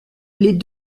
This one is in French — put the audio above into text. les